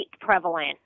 prevalent